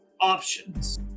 options